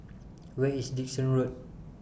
Where IS Dickson Road